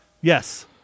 Yes